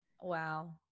Wow